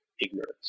ignorance